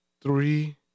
three